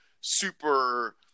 super